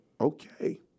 okay